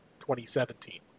2017